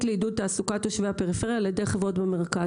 לעידוד תעסוקת תושבי הפריפריה על ידי חברות במרכז.